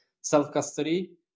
self-custody